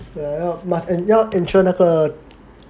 我要 must 要 intro 那个